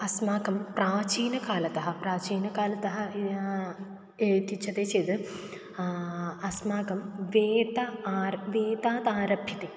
अस्माकं प्राचीनकालतः प्राचीनकालतः इत्युच्यते चेद् अस्माकं वेत आर वेदात् आरभ्यते